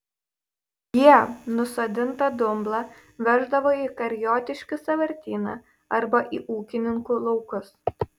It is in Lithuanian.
jie nusodintą dumblą veždavo į kariotiškių sąvartyną arba į ūkininkų laukus